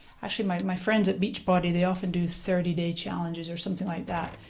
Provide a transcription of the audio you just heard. actually my my friends at beach body, they often do thirty day challenges or something like that,